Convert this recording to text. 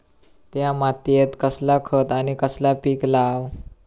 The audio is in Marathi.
त्या मात्येत कसला खत आणि कसला पीक लाव?